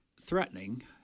threatening